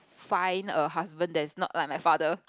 find a husband that is not like my father